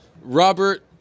Robert